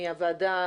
מהוועדה,